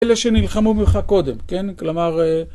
אלה שנלחמו ממך קודם, כן? כלומר...